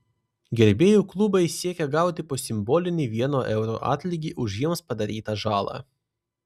gerbėjų klubai siekia gauti po simbolinį vieno euro atlygį už jiems padarytą žalą